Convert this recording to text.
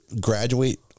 graduate